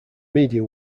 media